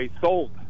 sold